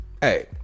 Hey